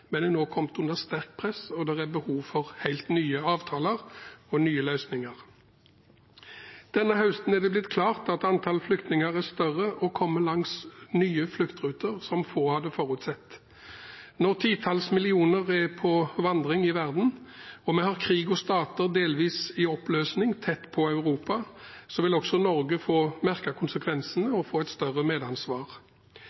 men er nå kommet under sterkt press, og det er behov for helt nye avtaler og nye løsninger. Denne høsten er det blitt klart at antallet flyktninger er større og kommer langs nye fluktruter, som få hadde forutsett. Når titalls millioner er på vandring i verden, og vi har krig og stater delvis i oppløsning tett på Europa, vil også Norge få merke konsekvensen og få et større medansvar.